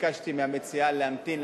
ביקשתי מהמציעה להמתין,